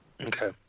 Okay